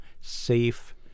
safe